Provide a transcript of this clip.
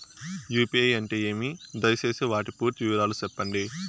UPI అంటే ఏమి? దయసేసి వాటి పూర్తి వివరాలు సెప్పండి?